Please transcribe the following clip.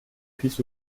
piece